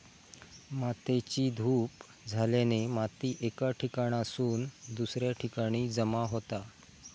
मातेची धूप झाल्याने माती एका ठिकाणासून दुसऱ्या ठिकाणी जमा होता